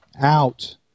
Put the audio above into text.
out